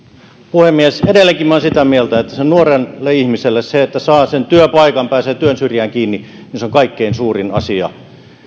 puhemies edelleenkin minä olen sitä mieltä että sille nuorelle ihmiselle se että saa sen työpaikan ja pääsee työn syrjään kiinni on kaikkein suurin asia